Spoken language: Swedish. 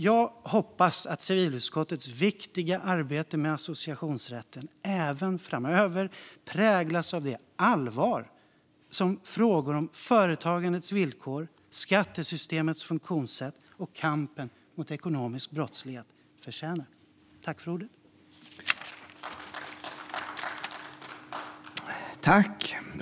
Jag hoppas att civilutskottets viktiga arbete med associationsrätten även framöver präglas av det allvar som frågor om företagandets villkor, skattesystemets funktionssätt och kampen mot ekonomisk brottslighet förtjänar.